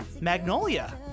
Magnolia